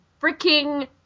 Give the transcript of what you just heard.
freaking